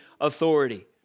authority